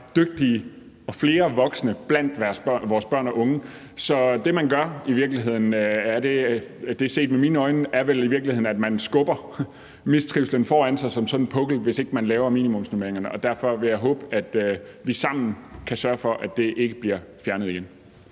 dygtige voksne, flere voksne blandt vores børn og unge. Så det, man gør, set med mine øjne, er vel i virkeligheden, at man skubber mistrivslen foran sig som sådan en pukkel, hvis ikke man har minimumsnormeringerne, og derfor vil jeg håbe, at vi sammen kan sørge for, at de ikke bliver fjernet igen.